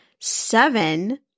seven